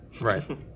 Right